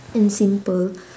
and simple